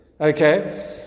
okay